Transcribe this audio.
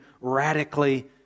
radically